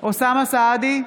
אוסאמה סעדי,